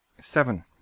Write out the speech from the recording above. Seven